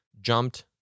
jumped